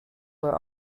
were